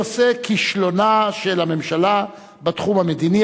הנושא: כישלונה של הממשלה בתחום המדיני,